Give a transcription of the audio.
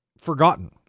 forgotten